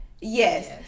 Yes